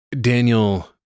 Daniel